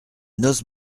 noce